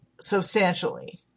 substantially